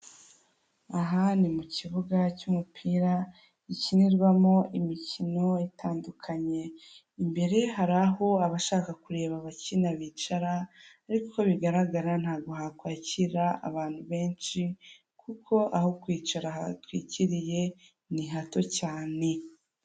Aha ni mu kibuga cy'umupira gikinirwamo imikino itandukanye, imbere hari aho abashaka kureba abakina bicara ariko bigaragara ntabwo hakwakira abantu benshi kuko aho kwicara hatwikiriye ni hato cyane.